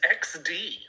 XD